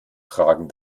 tragen